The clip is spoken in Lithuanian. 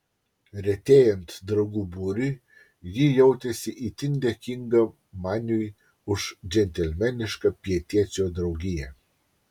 retėjant draugų būriui ji jautėsi itin dėkinga maniui už džentelmenišką pietiečio draugiją